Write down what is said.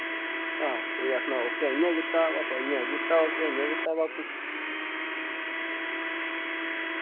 हां इ'य्यां आक्खना ओह्कै इ'यां कीत्ता पापा इ'य्यां कीता ओह्कै इ'यां कीता भापू